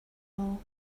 all